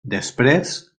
després